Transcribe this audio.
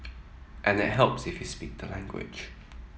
and it helps if you speak the language